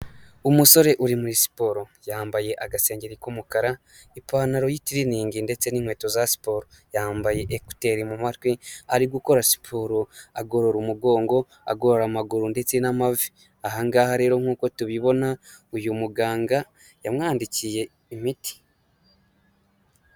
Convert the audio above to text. Umusore uri muri siporo. Yambaye agasengeri k'umukara, ipantaro y'itiriningi ndetse n'inkweto za siporo. Yambaye ekuteri mu matwi ari gukora siporo. Agorora umugongo, agorora amaguru ndetse n'amavi. Aha ngaha rero nkuko tubibona, uyu muganga yamwandikiye imiti.